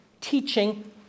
teaching